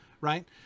right